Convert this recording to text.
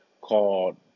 called